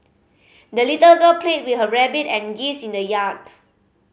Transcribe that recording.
the little girl played with her rabbit and geese in the yard